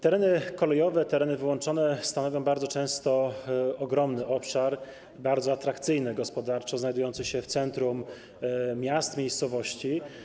Tereny kolejowe, tereny wyłączone stanowią bardzo często ogromny obszar, bardzo atrakcyjny gospodarczo, znajdujący się w centrum miast, miejscowości.